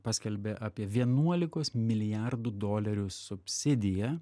paskelbė apie vienuolikos milijardų dolerių subsidiją